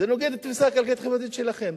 זה נוגד את התפיסה הכלכלית-חברתית שלכם,